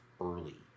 early